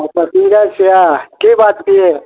ओ passenger छियै की बातके